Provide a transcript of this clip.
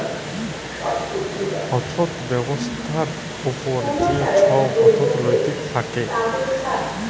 অথ্থ ব্যবস্থার উপর যে ছব অথ্থলিতি থ্যাকে